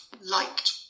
liked